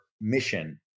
mission